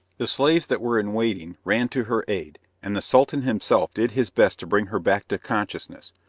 the slaves that were in waiting ran to her aid, and the sultan himself did his best to bring her back to consciousness,